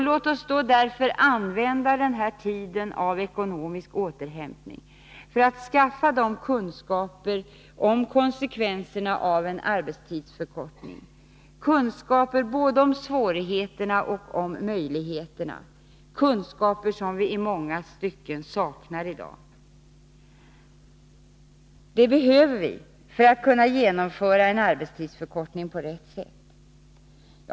Låt oss därför använda den här tiden av ekonomisk återhämtning för att skaffa de kunskaper om konsekvenserna av en arbetstidsförkortning — kunskaper både om svårigheterna och om möjligheterna, kunskaper som vi i många stycken saknar i dag. Dessa behöver vi för att kunna genomföra en arbetstidsförkortning på rätt sätt.